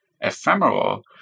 ephemeral